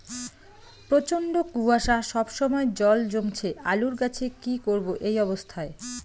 প্রচন্ড কুয়াশা সবসময় জল জমছে আলুর গাছে কি করব এই অবস্থায়?